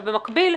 במקביל,